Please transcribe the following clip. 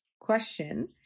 question